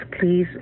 please